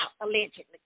allegedly